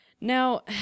Now